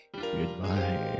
Goodbye